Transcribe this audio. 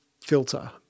filter